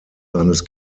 seines